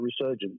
resurgence